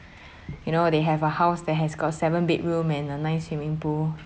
you know they have a house that has got seven bedroom and a nice swimming pool